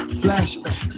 flashback